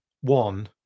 one